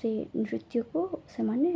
ସେ ନୃତ୍ୟକୁ ସେମାନେ